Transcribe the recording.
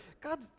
God